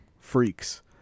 freaks